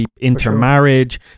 intermarriage